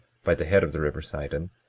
by the head of the river sidon,